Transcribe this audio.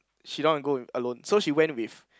she don't want to go alone so she went with